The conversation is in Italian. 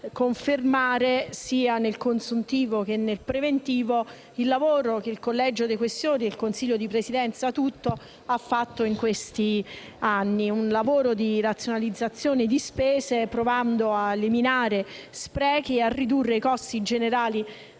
confermare, sia nel consuntivo che nel preventivo, il lavoro che il Collegio dei Questori ed il Consiglio di Presidenza nella sua interezza hanno fatto in questi anni, orientato alla razionalizzazione delle spese, provando ad eliminare sprechi e a ridurre i costi generali